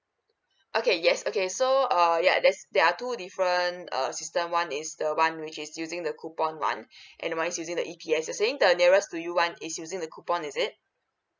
okay yes okay so err yeah there's there are two different uh system one is the one which is using the coupon one and the one is using the E_P_S you saying the nearest to you one is using the coupon is it